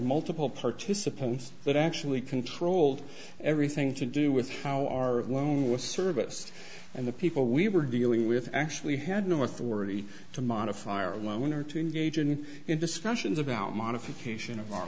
multiple participants but actually controlled everything to do with how our loan was service and the people we were dealing with actually had no authority to modify or loan or to engage in discussions about modification of